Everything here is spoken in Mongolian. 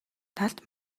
талд